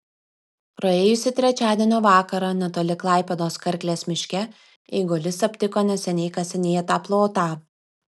praėjusį trečiadienio vakarą netoli klaipėdos karklės miške eigulys aptiko neseniai kasinėtą plotą